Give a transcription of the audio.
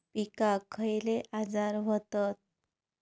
पिकांक खयले आजार व्हतत?